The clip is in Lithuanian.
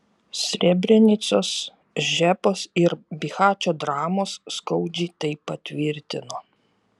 srebrenicos žepos ir bihačo dramos skaudžiai tai patvirtino